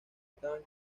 estaban